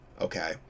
Okay